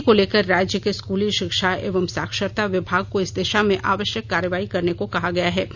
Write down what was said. इसी को लेकर राज्य के स्कूली शिक्षा एवं साक्षरता विभाग को इस दिशा में आवश्यक कार्रवाई करने को कहा गया है